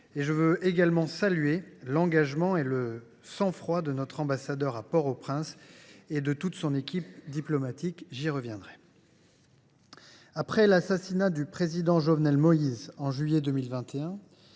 Je veux également saluer l’engagement et le sang froid de notre ambassadeur à Port au Prince et de toute son équipe diplomatique ; j’y reviendrai. Après l’assassinat du président Jovenel Moïse, en juillet 2021,